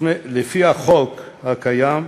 לפי החוק הקיים,